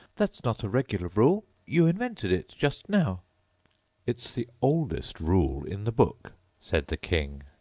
that's not a regular rule you invented it just now it's the oldest rule in the book said the king.